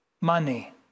money